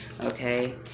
Okay